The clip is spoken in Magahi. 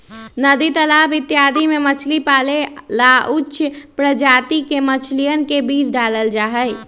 नदी तालाब इत्यादि में मछली पाले ला उच्च प्रजाति के मछलियन के बीज डाल्ल जाहई